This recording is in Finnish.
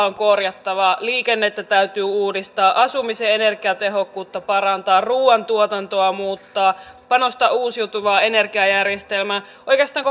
on korjattava liikennettä täytyy uudistaa asumisen energiatehokkuutta parantaa ruuantuotantoa muuttaa panostaa uusiutuvaan energiajärjestelmään oikeastaan